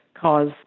cause